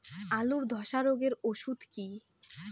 আলুর ধসা রোগের ওষুধ কি?